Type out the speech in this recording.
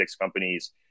companies